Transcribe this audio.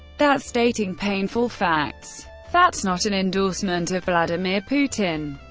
that's stating painful facts. that's not an endorsement of vladimir putin.